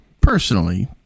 personally